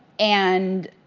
and,